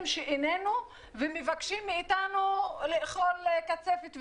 שאיננו ומבקשים מאתנו לאכול קצפת ועוגיות.